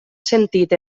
sentit